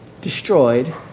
destroyed